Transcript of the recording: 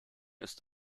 ist